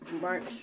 march